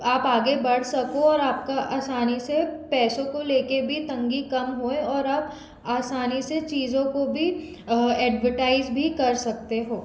आप आगे बढ़ सको और आपका आसानी से पैसों को लेके भी तंगी कम होए और आप आसानी से चीज़ों को भी एडवरटाइज़ भी सकते हो